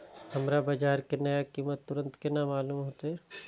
हमरा बाजार के नया कीमत तुरंत केना मालूम होते?